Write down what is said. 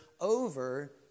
over